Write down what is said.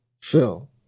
Phil